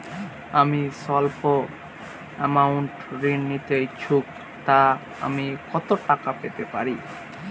আমি সল্প আমৌন্ট ঋণ নিতে ইচ্ছুক তো আমি কত টাকা পেতে পারি?